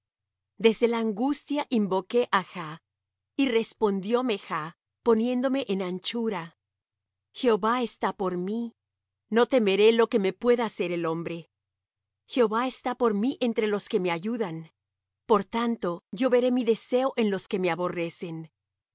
desde la angustia invoqué á jah y respondióme jah poniéndome en anchura jehová está por mí no temeré lo que me pueda hacer el hombre jehová está por mí entre los que me ayudan por tanto yo veré mi deseo en los que me aborrecen